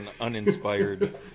uninspired